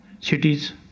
cities